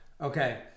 okay